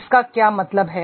इसका क्या मतलब है